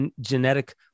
genetic